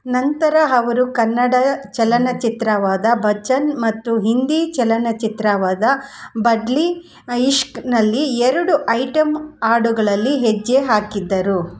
ನಂತರ ಅವ್ರು ಕನ್ನಡ ಚಲನಚಿತ್ರವಾದ ಬಚ್ಚನ್ ಮತ್ತು ಹಿಂದಿ ಚಲನಚಿತ್ರವಾದ ಬದ್ಲಿ ಇಷ್ಕ್ನಲ್ಲಿ ಎರಡು ಐಟಂ ಹಾಡುಗಳಲ್ಲಿ ಹೆಜ್ಜೆ ಹಾಕಿದ್ದರು